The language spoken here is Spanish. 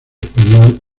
español